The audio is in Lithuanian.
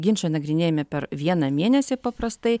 ginčai nagrinėjami per vieną mėnesį paprastai